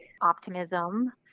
optimism